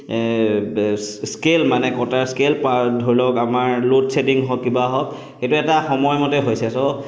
বে scale মানে কটাৰ scale পা ধৰি লওক আমাৰ লোড শ্বেডিং হওক কি হওক সেইটো এটা সময়মতে হৈছে ছ'